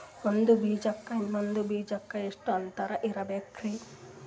ಒಂದ್ ಬೀಜಕ್ಕ ಇನ್ನೊಂದು ಬೀಜಕ್ಕ ಎಷ್ಟ್ ಅಂತರ ಇರಬೇಕ್ರಿ?